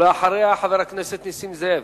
ואחריה, חבר הכנסת נסים זאב.